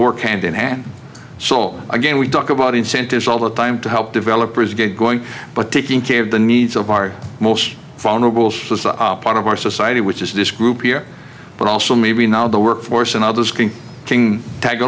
work hand in hand sole again we talk about incentives all the time to help developers get going but taking care of the needs of our most vulnerable so it's a part of our society which is this group here but also maybe now the work force and others king king tag